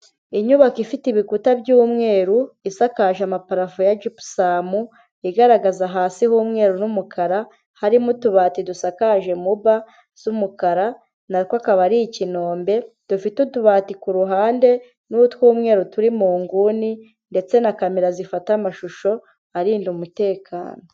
Inyubako ifite ibikuta by'umweru, isakaje amaparafu ya jupsam, igaragaza hasi h'umweru n'umukara. Harimo utubati dusakaje muba z'umukara natwo akaba ari ikinombe dufite utubati ku ruhande n'utw'umweru turi mu nguni ndetse na camera zifata amashusho arinda umutekano.